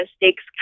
mistakes